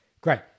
Great